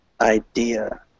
idea